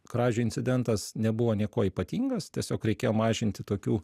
kražių incidentas nebuvo niekuo ypatingas tiesiog reikėjo mažinti tokių